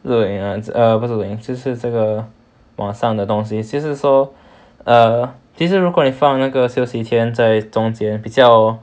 不是就是这个网上的东西其实说其实如果你放那个休息天在中间比较